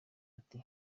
ati